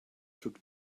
took